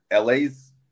LA's